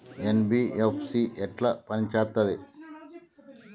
NBFC ఎట్ల పని చేత్తది?